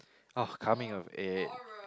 oh coming of eight